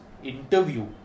interview